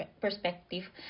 perspective